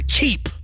keep